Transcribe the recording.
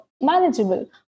manageable